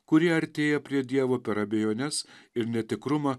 kurie artėja prie dievo per abejones ir netikrumą